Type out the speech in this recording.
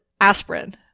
aspirin